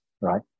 right